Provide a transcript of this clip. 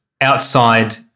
outside